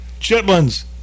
Chitlins